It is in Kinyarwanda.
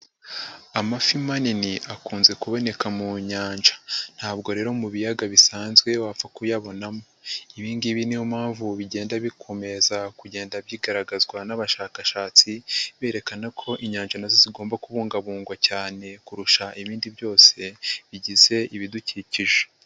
Amafi manini akunze kuboneka mu nyanja. Ntabwo rero mu biyaga bisanzwe wapfa kuyabonamo. Ibi ngibi niyo mpamvu bigenda bikomeza kugenda byigaragazwa n'abashakashatsi, berekana ko inyanja nazo zigomba kubungabungwa cyane, kurusha ibindi byose bigize ibidukikije.